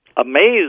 amazed